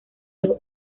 los